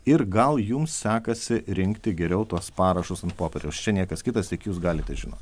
ir gal jums sekasi rinkti geriau tuos parašus ant popieriaus čia niekas kitas tik jūs galite žinot